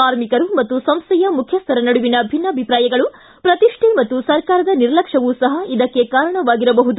ಕಾರ್ಮಿಕರು ಮತ್ತು ಸಂಸ್ಥೆಯ ಮುಖ್ಯಸ್ಥರ ನಡುವಿನ ಭಿನ್ನಾಭಿಪ್ರಾಯಗಳು ಶ್ರತಿಷ್ಠೆ ಮತ್ತು ಸರ್ಕಾರದ ನಿರ್ಲಕ್ಷ್ಮವೂ ಸಹ ಇದಕ್ಕೆ ಕಾರಣವಾಗಿರಬಹುದು